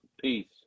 Peace